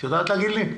את יודעת להגיד לי?